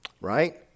right